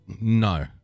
No